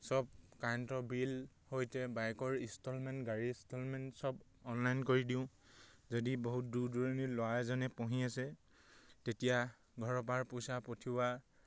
চব কাৰেণ্টৰ বিলৰ সৈতে বাইকৰ ইনষ্টলমেণ্ট গাড়ী ইনষ্টলমেণ্ট চব অনলাইন কৰি দিওঁ যদি বহুত দূৰ দূৰণিৰ ল'ৰা এজনে পঢ়ি আছে তেতিয়া ঘৰৰপৰা পইচা পঠিওৱা